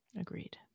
Agreed